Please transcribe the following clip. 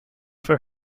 for